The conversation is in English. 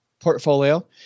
portfolio